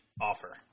offer